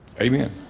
Amen